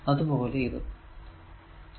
അതുപോലെ ഇതും